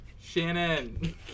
Shannon